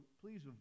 please